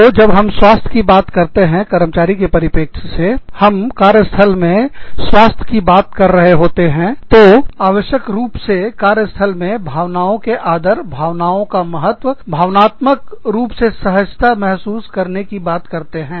तो जब हम स्वास्थ्य की बात करते हैं कर्मचारी के परिपेक्ष से हम कार्य स्थल पर स्वास्थ्य की बात कर रहे होते हैं तो आवश्यक रूप से कार्य स्थल में भावनाओं के आदर भावनाओं का महत्व भावनात्मक रूप से सहजता महसूस करने की बात करते हैं